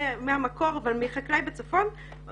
מחקלאי בצפון,